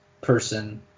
person